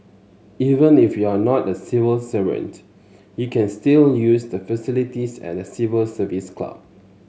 even if you are not a civil servant you can still use the facilities at the Civil Service Club